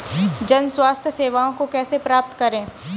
जन स्वास्थ्य सेवाओं को कैसे प्राप्त करें?